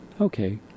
okay